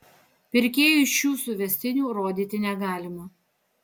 pirkėjui šių suvestinių rodyti negalima